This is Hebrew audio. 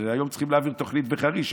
והיום צריכים להעביר תוכנית לחריש,